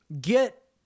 get